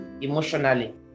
emotionally